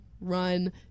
run